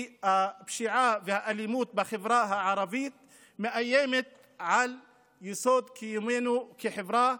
כי הפשיעה והאלימות בחברה הערבית מאיימות על יסוד קיומנו כחברה,